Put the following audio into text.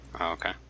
okay